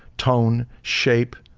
tone, shape,